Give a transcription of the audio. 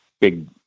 big